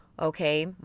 okay